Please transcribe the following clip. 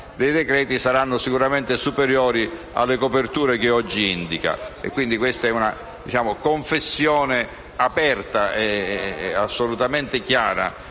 dei decreti saranno sicuramente superiori alle coperture che oggi indica. Questa è una confessione aperta e assolutamente chiara